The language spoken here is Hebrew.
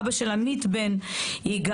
אבא של עמית בן יגאל,